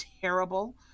terrible